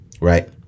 right